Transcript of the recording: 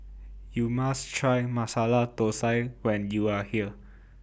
YOU must Try Masala Thosai when YOU Are here